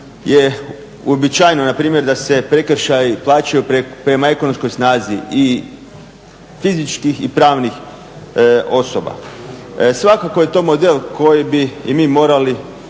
na primjer da se prekršaji plaćaju prema ekonomskoj snazi i fizičkih i pravnih osoba. Svakako je to model koji bi i mi morali